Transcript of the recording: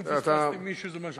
אם פספסתי מישהו, זה מה שחיים רשם לי.